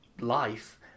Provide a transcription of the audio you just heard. life